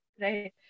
right